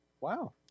Wow